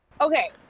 Okay